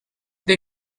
they